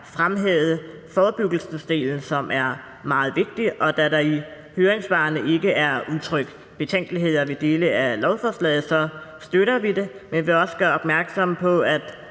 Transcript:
fremhævet forebyggelsesdelen, som er meget vigtig, og da der i høringssvarene ikke er udtrykt betænkeligheder ved dele af lovforslaget, støtter vi det, men vi vil også opfordre